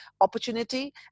opportunity